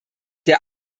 der